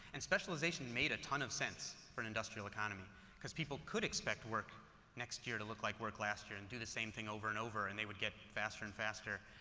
and specialization made a ton of sense for an industrial economy because people could expect work next year to look like work last year, and do the same thing over and over and they would get faster and faster.